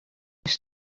més